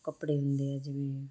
ਕੱਪੜੇ ਹੁੰਦੇ ਆ ਜਿਵੇਂ